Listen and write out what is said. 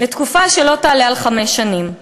לתקופה שלא תעלה על חמש שנים.